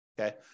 okay